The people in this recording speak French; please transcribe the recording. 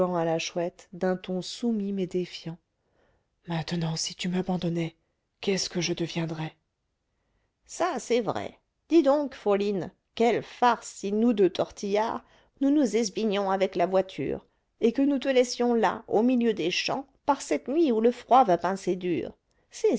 à la chouette d'un ton soumis mais défiant maintenant si tu m'abandonnais qu'est-ce que je deviendrais ça c'est vrai dis donc fourline quelle farce si nous deux tortillard nous nous esbignions avec la voiture et que nous te laissions là au milieu des champs par cette nuit où le froid va pincer dur c'est